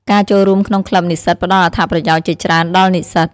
ការចូលរួមក្នុងក្លឹបនិស្សិតផ្តល់អត្ថប្រយោជន៍ជាច្រើនដល់និស្សិត។